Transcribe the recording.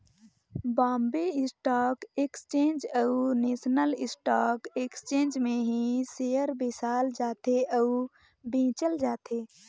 Bombay stock exchange अउ national stock exchange में ही सेयर बेसाल जाथे अउ बेंचल जाथे